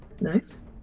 Nice